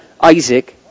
Isaac